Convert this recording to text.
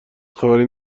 خبری